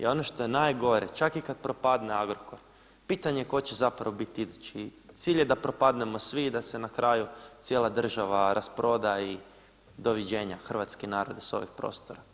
ono što je najgore, čak i kada propadne Agrokor pitanje je tko će zapravo biti idući, cilj je da propadnemo svi i da se na kraju cijela država rasproda i doviđenja, hrvatski narode s ovih prostora.